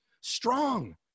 strong